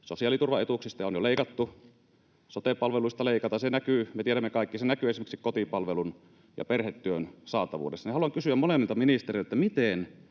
sosiaaliturvaetuuksista — ja on jo leikattu. Sote-palveluista leikataan. Me tiedämme kaikki, että se näkyy esimerkiksi kotipalvelun ja perhetyön saatavuudessa. Haluan kysyä molemmilta ministereiltä: miten